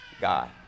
God